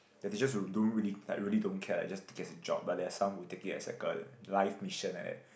the teachers who don't really like really don't care like just take it as a job but there's some who take it as a life mission like that